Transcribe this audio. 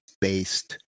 based